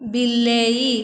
ବିଲେଇ